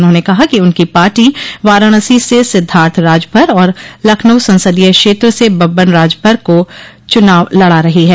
उन्होंने कहा कि उनकी पार्टी वाराणसी से सिद्धार्थ राजभर और लखनऊ संसदीय क्षेत्र से बब्बन राजभर को चुनाव लड़ा रही है